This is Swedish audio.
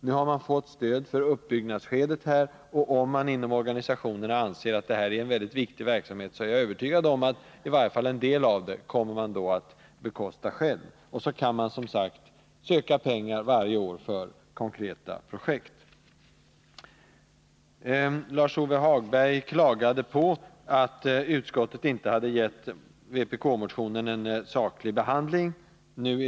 Nu har organisationerna fått stöd i uppbyggnadsskedet, och jag är övertygad om att man inom organisationerna, om man anser att det här är en mycket viktig verksamhet, kommer att bekosta i varje fall en del av den själv. Dessutom kan man, som sagt, söka pengar varje år för konkreta projekt. Lars-Ove Hagberg klagade på att utskottet inte hade gett vpk-motionen en saklig behandling.